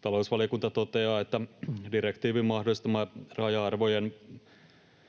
Talousvaliokunta toteaa, että direktiivin mahdollistama raja-arvojen